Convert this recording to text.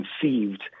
conceived